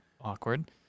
awkward